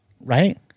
Right